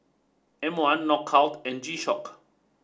M one Knockout and G Shock